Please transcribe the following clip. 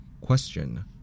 Question